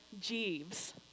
Jeeves